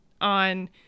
on